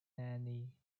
nanny